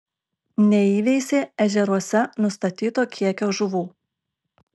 neįveisė ežeruose nustatyto kiekio žuvų